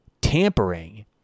tampering